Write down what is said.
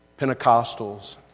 Pentecostals